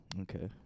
Okay